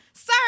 Sir